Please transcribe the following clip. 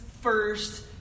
first